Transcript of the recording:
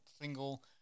single